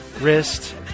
wrist